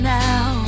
now